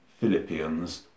Philippians